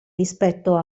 rispetto